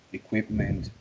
equipment